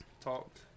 talked